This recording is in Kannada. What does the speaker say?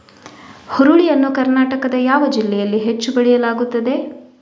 ಹುರುಳಿ ಯನ್ನು ಕರ್ನಾಟಕದ ಯಾವ ಜಿಲ್ಲೆಯಲ್ಲಿ ಹೆಚ್ಚು ಬೆಳೆಯಲಾಗುತ್ತದೆ?